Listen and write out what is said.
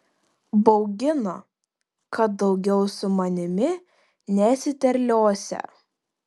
baugino kad daugiau su manimi nesiterliosią